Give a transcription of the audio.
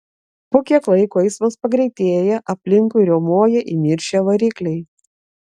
po kiek laiko eismas pagreitėja aplinkui riaumoja įniršę varikliai